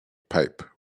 pipe